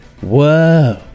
Whoa